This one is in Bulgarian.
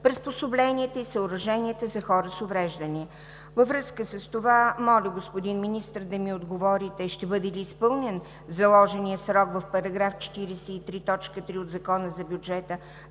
приспособленията и съоръженията за хора с увреждания. Във връзка с това моля, господин Министър, да ми отговорите: ще бъде ли изпълнен заложеният срок в § 43, т. 3 от Закона за бюджета